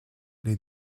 les